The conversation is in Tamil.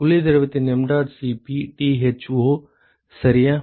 குளிர் திரவத்தின் mdot Cp Tho சரியா